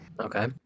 Okay